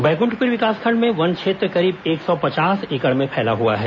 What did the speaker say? बैकुंठपुर विकासखंड में वन क्षेत्र करीब एक सौ पचास एकड़ में फैला हुआ है